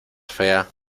fea